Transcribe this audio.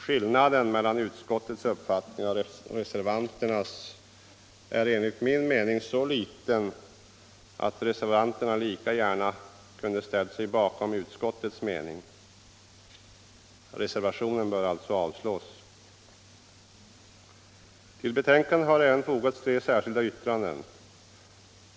Skillnaden mellan utskottets uppfattning och reservanternas är enligt min mening så liten att reservanterna lika gärna kunnat ställa sig bakom utskottets skrivning. Reservationen bör alltså avslås. Till betänkandet har även fogats tre särskilda yttranden.